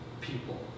people